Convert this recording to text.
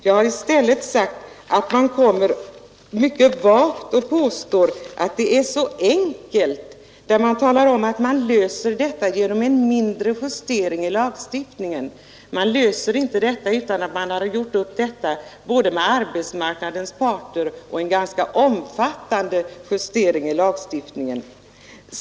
Jag har sagt att man mycket vagt påstår att det är enkelt att lösa problemet genom en mindre justering i lagstiftningen. Man löser inte detta problem utan att både ha gjort upp om det med arbetsmarknadens parter och företagit ganska omfattande justeringar i lagstiftningen.